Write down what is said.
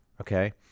Okay